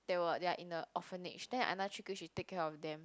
they were they are in a orphanage then another three kids she take care of them